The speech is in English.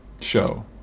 show